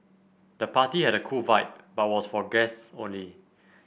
the party had a cool vibe but was for guests only